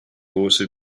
also